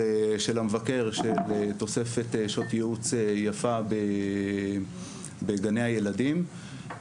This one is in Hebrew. המבקר שתוספת שעות ייעוץ יפה בגני הילדים,